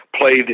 played